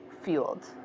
fueled